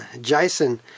Jason